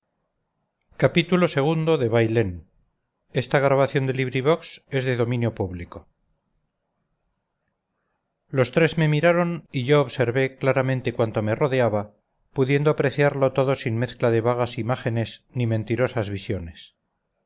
xxviii xxix xxx xxxi xxxii bailén de benito pérez galdós los tres me miraron y yo observé claramente cuanto me rodeaba pudiendo apreciarlo todo sin mezcla de vagas imágenes ni mentirosas visiones